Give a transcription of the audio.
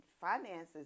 finances